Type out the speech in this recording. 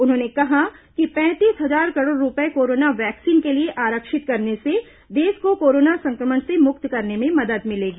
उन्होंने कहा है कि पैंतीस हजार करोड़ रूपये कोरोना वैक्सीन के लिए आरक्षित करने से देश को कोरोना संक्रमण से मुक्त करने में मदद मिलेगी